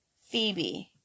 Phoebe